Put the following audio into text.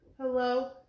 Hello